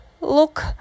look